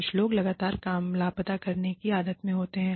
कुछ लोग लगातार काम लापता करने की आदत में होते है